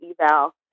eval